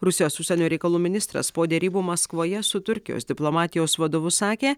rusijos užsienio reikalų ministras po derybų maskvoje su turkijos diplomatijos vadovu sakė